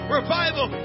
revival